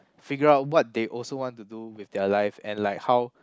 figure out what they also want to do with their life and like how